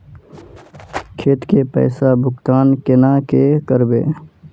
खेत के पैसा भुगतान केना करबे?